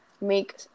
make